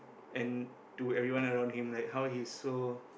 and to everyone around him like how he's so